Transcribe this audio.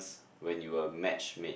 when you were matchmade